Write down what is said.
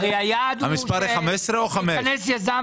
או חמש?